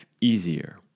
easier